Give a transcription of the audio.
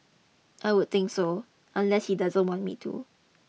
I would think so unless he doesn't want me to